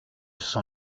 son